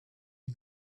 you